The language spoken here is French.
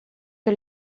que